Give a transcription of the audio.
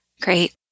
Great